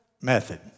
method